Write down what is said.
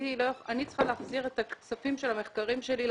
צריכה להחזיר את הכספים של המחקרים שלי לקרנות.